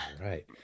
Right